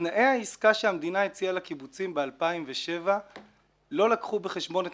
תנאי העסקה שהמדינה הציעה לקיבוצים ב-2007 לא לקחו בחשבון את